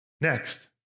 Next